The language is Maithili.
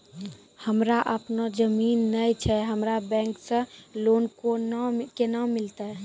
हमरा आपनौ जमीन नैय छै हमरा बैंक से लोन केना मिलतै?